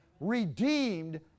redeemed